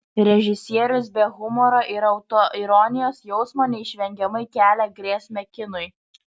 režisierius be humoro ir autoironijos jausmo neišvengiamai kelia grėsmę kinui